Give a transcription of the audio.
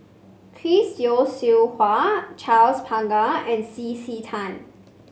Chris Yeo Siew Hua Charles Paglar and C C Tan